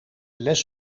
les